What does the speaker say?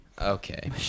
okay